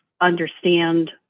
understand